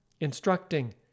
instructing